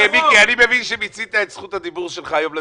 אני מבין שמיצית את זכות הדיבור שלך היום בדיון,